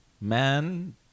Man